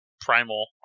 primal